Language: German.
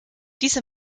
diese